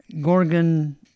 Gorgon